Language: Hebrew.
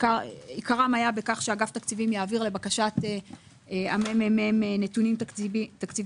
עיקרם היה בכך שאגף התקציבים יעביר לבקשת הממ"מ נתונים תקציביים